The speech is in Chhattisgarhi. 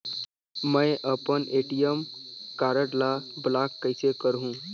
मै अपन ए.टी.एम कारड ल ब्लाक कइसे करहूं?